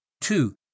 Two